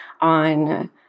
on